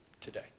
today